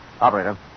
Operator